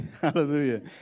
Hallelujah